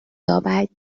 یابد